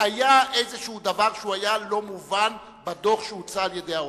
שהיה איזה דבר שהיה לא מובן בדוח שהוצג על-ידי ה-OECD,